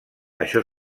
això